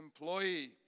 employee